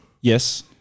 Yes